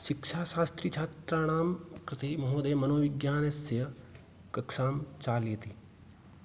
शिक्षाशास्त्रीच्छात्राणां कृते महोदयः मनोविज्ञानस्य कक्षां चालयति